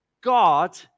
God